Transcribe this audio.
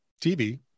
TV